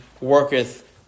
worketh